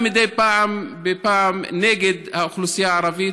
מדי פעם בפעם נגד האוכלוסייה הערבית.